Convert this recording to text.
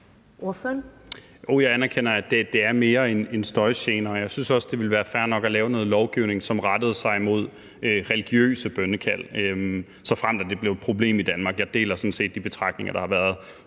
jeg anerkender, at det er mere end støjgener, og jeg synes også, det ville være fair nok at lave noget lovgivning, som rettede sig imod religiøse bønnekald, såfremt det blev et problem i Danmark. Jeg deler sådan set de betragtninger, der har været